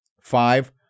Five